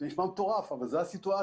זה נשמע מטורף, אז זו הסיטואציה.